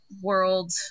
world